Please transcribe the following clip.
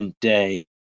day